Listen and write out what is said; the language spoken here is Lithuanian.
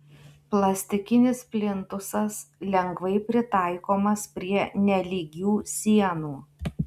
plastikinis plintusas lengvai pritaikomas prie nelygių sienų